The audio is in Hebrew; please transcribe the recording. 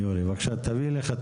בבקשה.